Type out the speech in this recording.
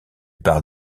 par